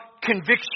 conviction